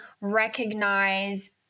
recognize